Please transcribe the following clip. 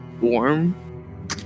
warm